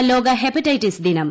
ഇന്ന് ലോക ഹെപ്പറ്റൈറ്റിസ് ദിനം